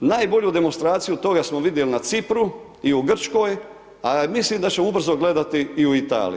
Najbolju demonstraciju toga smo vidjeli na Cipru i u Gričkoj, a mislim da ćemo u brzo gledati i u Italiji.